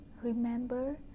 Remember